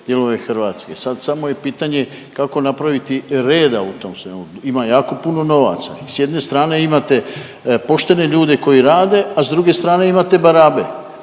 Sad samo je pitanje kako napraviti reda u tom svemu. Ima jako puno novaca. I s jedne strane imate poštene ljude koji rade, a s druge strane imate barabe.